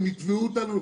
הם יתבעו אותנו,